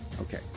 Okay